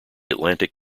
atlantic